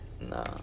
Nah